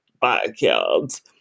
backyards